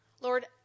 Lord